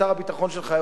וזה שר הביטחון שלך,